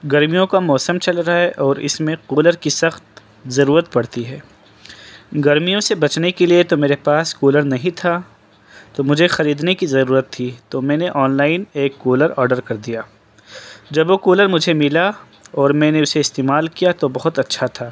گرمیوں کا موسم چل رہا ہے اور اس میں کولر کی سخت ضرورت پڑتی ہے گرمیوں سے بچنے کے لیے تو میرے پاس کولر نہیں تھا تو مجھے خریدنے کی ضرورت تھی تو میں نے آن لائن ایک کولر آڈر کر دیا جب وہ کولر مجھے ملا اور میں نے اسے استعمال کیا تو بہت اچّھا تھا